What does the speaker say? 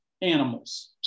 animals